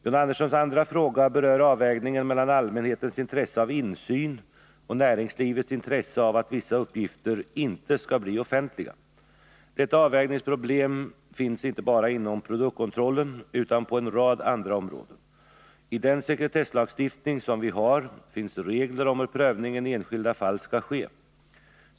John Anderssons andra fråga berör avvägningen mellan allmänhetens intresse av insyn och näringslivets intresse av att vissa uppgifter inte skall bli offentliga. Detta avvägningsproblem finns inte bara inom produktkontrollen utan på en rad andra områden. I den sekretesslagstiftning som vi har finns regler om hur prövningen i enskilda fall skall ske.